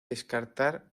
descartar